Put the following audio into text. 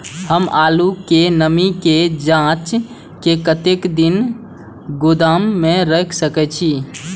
हम आलू के नमी के जाँच के कतेक दिन गोदाम में रख सके छीए?